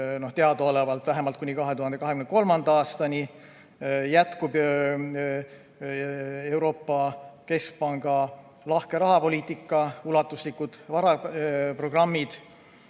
Teadaolevalt vähemalt kuni 2023. aastani jätkub Euroopa Keskpanga lahke rahapoliitika, ulatuslikud varaprogrammid. Aga